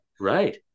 Right